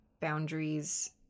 boundaries